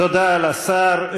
תודה לשר.